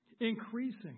Increasing